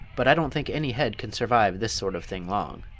but i don't think any head can survive this sort of thing long.